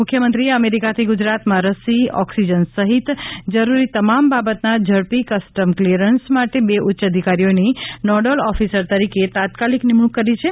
મુખ્યમંત્રીએ અમેરિકાથી ગુજરાતમાં રસી ઓક્સિજન સહિત જરૂરી તમામ બાબતના ઝડપી કસ્ટમ ક્લિયરન્સ માટે બે ઉચ્ય અધિકારીઓની નોડલ ઓફિસર તરીકે તાત્કાલિક નિમણૂંક કરી છે